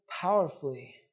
powerfully